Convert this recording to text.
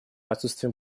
отсутствием